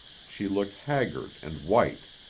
she looked haggard and white.